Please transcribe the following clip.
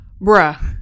bruh